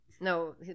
No